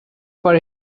for